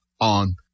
on